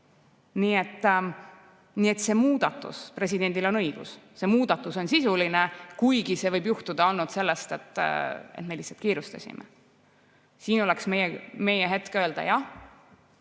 et see muudatus – presidendil on õigus, see muudatus on sisuline, kuigi see võib olla juhtunud sellest, et me lihtsalt kiirustasime. Siin oleks meie hetk öelda: jah,